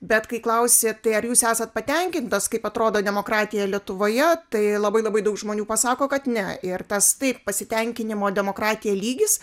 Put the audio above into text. bet kai klausi tai ar jūs esat patenkintas kaip atrodo demokratija lietuvoje tai labai labai daug žmonių pasako kad ne ir tas taip pasitenkinimo demokratija lygis